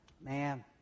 Man